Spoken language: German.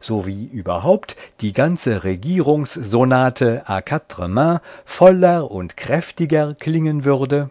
sowie überhaupt die ganze regierungssonate quatre mains voller und prächtiger klingen würde